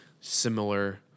similar